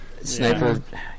Sniper